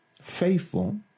faithful